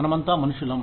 మనమంతా మనుషులం